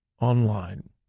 online